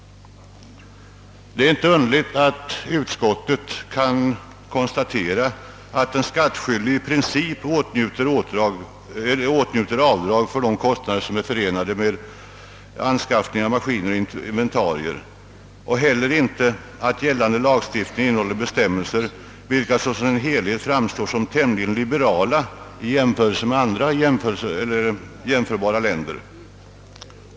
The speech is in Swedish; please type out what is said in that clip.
Med utskottets ställningstagande är det inte underligt att utskottet konstaterar att de skattskyldiga i princip åtnjuter rätt till avdrag för de kostnader som är förenade med anskaffning av maskiner och inventarier och inte heller att gällande lagstiftning. innehåller bestämmelser, vilka i sin helhet framstår såsom tämligen liberala i jämförelse med andra jämförbara länders.